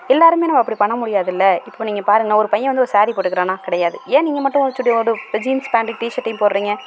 எல்லோருமே நம்ம அப்படி பண்ண முடியாதுல இப்போ நீங்கள் பாருங்கள் ஒரு பையன் வந்து ஒரு சாரி போட்டுக்கிறானா கிடையாது ஏன் நீங்கள் மட்டும் ஒரு சுடி ஒரு ஜீன்ஸ் பேண்ட்டு டிஷர்ட்டையும் போட்டுக்குறீங்க